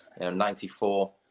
94